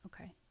Okay